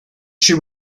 she